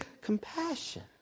compassion